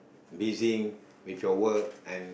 busy with your work and